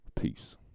Peace